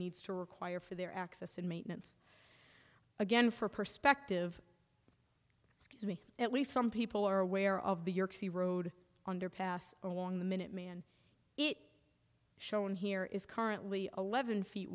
needs to require for their access and maintenance again for perspective excuse me at least some people are aware of the york city road underpass along the minuteman it shown here is currently eleven feet